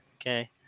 okay